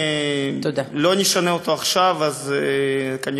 ואם לא נשנה אותו עכשיו אז כנראה,